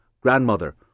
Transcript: grandmother